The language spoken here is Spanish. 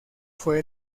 fue